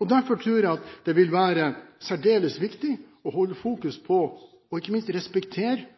Derfor tror jeg det vil være særdeles viktig å holde fokus på, og ikke minst respektere,